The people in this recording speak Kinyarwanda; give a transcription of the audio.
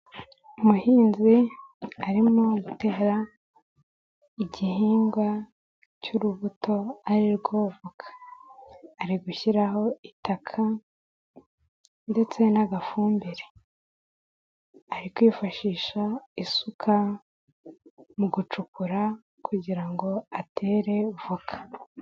Umuhinzi arimo gutera igihingwa cy'urubuto ari rwo voka, ari gushyiraho itaka ndetse n'agafumbire, ari kwifashisha isuka mu gucukura kugira ngo atere voka.